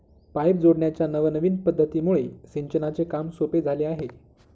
pipe जोडण्याच्या नवनविन पध्दतीमुळे सिंचनाचे काम सोपे झाले आहे